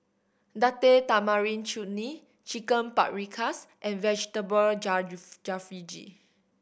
Date Tamarind Chutney Chicken Paprikas and Vegetable Jalfrezi